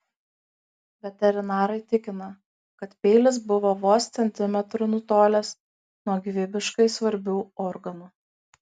veterinarai tikina kad peilis buvo vos centimetru nutolęs nuo gyvybiškai svarbių organų